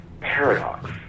paradox